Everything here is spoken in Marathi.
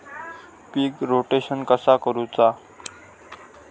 पीक रोटेशन कसा करूचा?